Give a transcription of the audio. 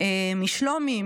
משלומי,